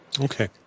Okay